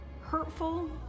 hurtful